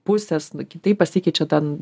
pusės kitaip pasikeičia ten